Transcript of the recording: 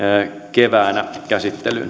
keväänä